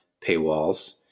paywalls